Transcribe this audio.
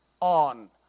on